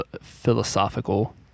philosophical